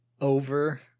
over